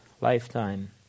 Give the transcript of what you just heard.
lifetime